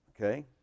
Okay